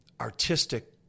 Artistic